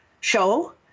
show